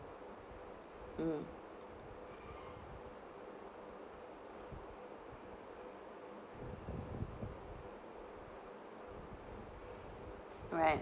mm right